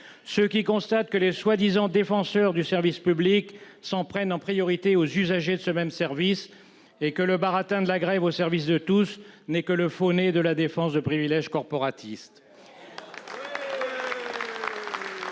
ceux qui remarquent que les soi-disant défenseurs du service public s'en prennent en priorité aux usagers de ce même service et que le baratin de la grève au service de tous n'est que le faux-nez de la défense de privilèges corporatistes.